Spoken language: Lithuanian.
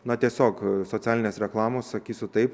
na tiesiog socialinės reklamos sakysiu taip